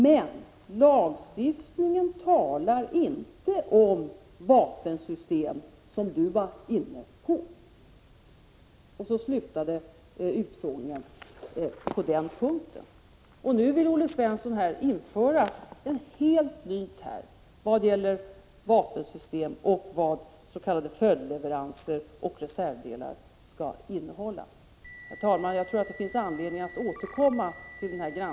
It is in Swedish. Men lagstiftningen talar inte om vapensystem, som du var inne på.” Så slutade utskottsutfrågningen på den punkten. Nu vill Olle Svensson införa en helt ny term i vad gäller vapensystem och vad s.k. följdleveranser och reservdelar skall innebära. Herr talman! Jag tror att det finns anledning att återkomma till den här — Prot.